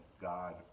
God